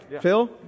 Phil